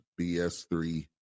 bs3